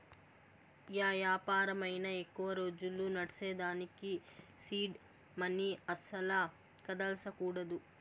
yeah యాపారమైనా ఎక్కువ రోజులు నడ్సేదానికి సీడ్ మనీ అస్సల కదల్సకూడదు